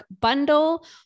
bundle